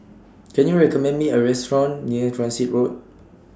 Can YOU recommend Me A Restaurant near Transit Road